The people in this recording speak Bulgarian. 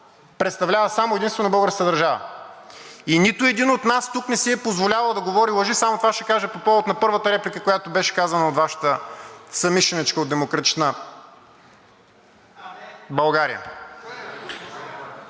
представлява само и единствено българската държава. Нито един от нас тук не си е позволявал да говори лъжи – само това ще кажа по повод на първата реплика, която беше казана от Вашата съмишленичка от „Демократична България“